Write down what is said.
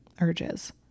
urges